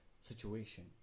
situation